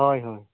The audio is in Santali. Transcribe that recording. ᱦᱳᱭ ᱦᱳᱭ